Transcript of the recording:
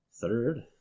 third